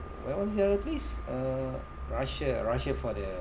where was the other place uh russia russia for the